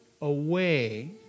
away